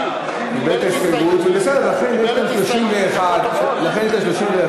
(בחירת ראש הרשות וסגניו וכהונתם) (תיקון,